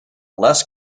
less